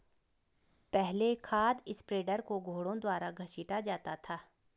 पहले खाद स्प्रेडर को घोड़ों द्वारा घसीटा जाता था